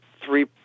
three